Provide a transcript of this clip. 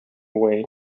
away